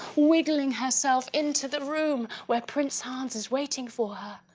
wiggling herself in to the room, where prince hans is waiting for her.